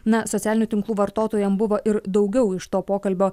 na socialinių tinklų vartotojam buvo ir daugiau iš to pokalbio